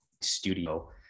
studio